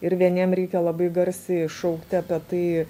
ir vieniem reikia labai garsiai šaukti apie tai